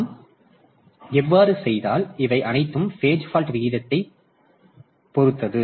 நாம் அவ்வாறு செய்தால் இவை அனைத்தும் பேஜ் பால்ட் விகிதத்தைப் பொறுத்தது